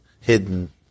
hidden